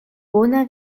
bona